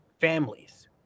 families